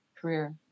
career